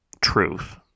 truth